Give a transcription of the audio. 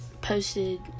posted